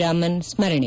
ರಾಮನ್ ಸ್ಮರಣೆ